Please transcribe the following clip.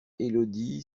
élodie